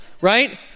Right